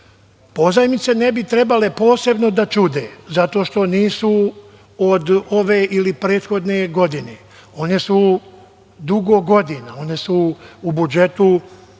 Pozajmice ne bi trebale posebno da čude zato što nisu od ove ili prethodne godine. One su dugo godina, one su u budžetu evo